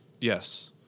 Yes